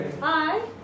Hi